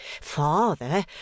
father